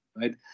right